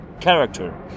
character